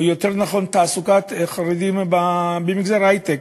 או יותר נכון, תעסוקת חרדים במגזר ההיי-טק.